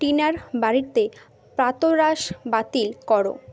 টিনার বাড়িতে প্রাতঃরাশ বাতিল করো